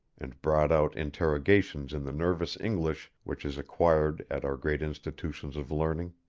and brought out interrogations in the nervous english which is acquired at our great institutions of learning.